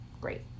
great